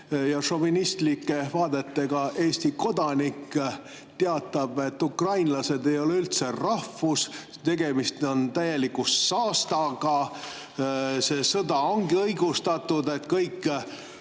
ja šovinistlike vaadetega Eesti kodanik teatab, et ukrainlased ei ole üldse rahvus, tegemist on täieliku saastaga, see sõda ongi õigustatud, kõik